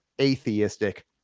atheistic